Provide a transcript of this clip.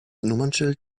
nummernschild